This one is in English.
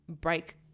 break